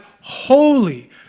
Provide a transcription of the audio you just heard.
holy